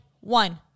one